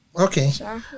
Okay